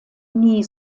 nie